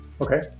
Okay